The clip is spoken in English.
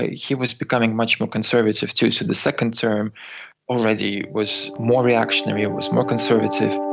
ah he was becoming much more conservative too. so the second term already was more reactionary, was more conservative.